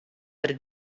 der